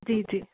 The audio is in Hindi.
जी जी